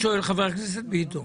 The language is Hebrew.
שואל חבר הכנסת ביטון.